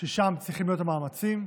ששם צריכים להיות המאמצים,